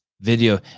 video